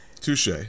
Touche